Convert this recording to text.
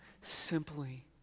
simply